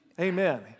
Amen